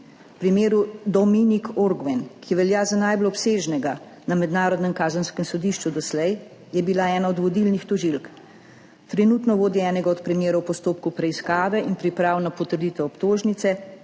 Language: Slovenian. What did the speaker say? V primeru Dominic Ongwen, ki velja za najbolj obsežnega na Mednarodnem kazenskem sodišču doslej, je bila ena od vodilnih tožilk. Trenutno vodi enega od primerov v postopku preiskave in priprav na potrditev obtožnice